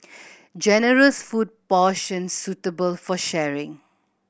generous food portions suitable for sharing